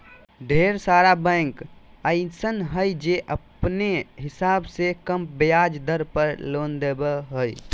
ढेर सारा बैंक अइसन हय जे अपने हिसाब से कम ब्याज दर पर लोन देबो हय